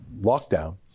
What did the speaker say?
lockdown